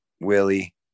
Willie